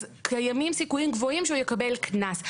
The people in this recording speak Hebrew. אז קיימים סיכויים גבוהים שהוא יקבל קנס,